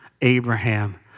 Abraham